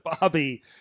Bobby